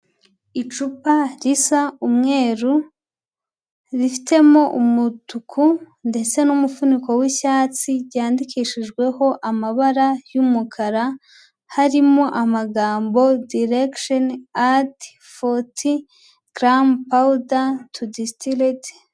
Icupa risa umweru rifitemo umutuku ndetse n'umufuniko w'icyatsi, ryandikishijweho amabara y'umukara harimo amagambo direction at forty gram powder to distilled.